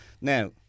Now